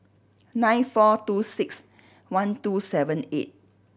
nine four two six one two seven eight